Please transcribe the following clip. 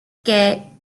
que